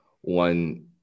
one